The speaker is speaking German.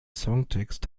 songtext